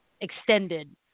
extended